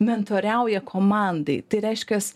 mentoriauja komandai tai reiškias